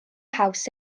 haws